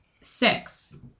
six